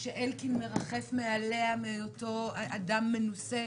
שאלקין מרחף מעליה בהיותו אדם מנוסה,